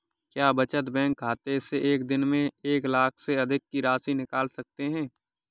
क्या बचत बैंक खाते से एक दिन में एक लाख से अधिक की राशि निकाल सकते हैं?